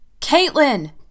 Caitlin